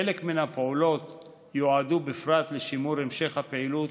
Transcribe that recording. חלק מן הפעולות יועדו בפרט לשימור המשך הפעילות